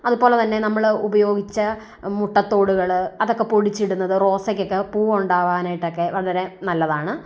അതുപോലെ തന്നെ നമ്മൾ ഉപയോഗിച്ച മുട്ട തോടുകൾ അതൊക്കെ പൊടിച്ച് ഇടുന്നത് റോസക്കൊക്കെ പൂവ് ഉണ്ടാകാനായിട്ടക്കെ വളരെ നല്ലതാണ്